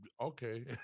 okay